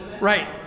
Right